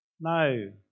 No